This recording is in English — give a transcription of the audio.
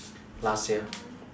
last year